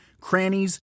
crannies